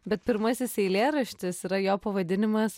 bet pirmasis eilėraštis yra jo pavadinimas